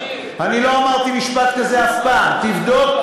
אבל, אני לא אמרתי משפט כזה אף פעם, תבדוק.